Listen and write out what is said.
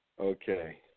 Okay